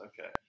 Okay